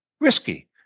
risky